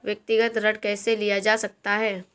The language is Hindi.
व्यक्तिगत ऋण कैसे लिया जा सकता है?